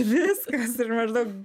viskas ir maždaug